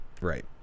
Right